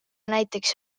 näiteks